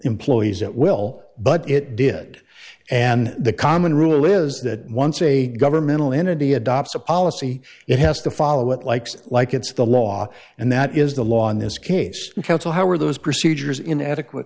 employees at will but it did and the common rule is that once a governmental entity adopts a policy it has to follow it likes like it's the law and that is the law in this case the council how are those procedures in adequate